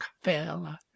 fell